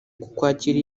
kukwakira